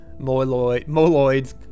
Moloids